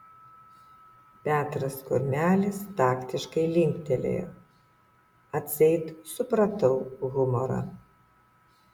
petras kurmelis taktiškai linktelėjo atseit supratau humorą